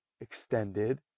extended